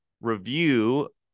review